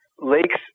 Lakes